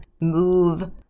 move